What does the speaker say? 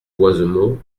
boisemont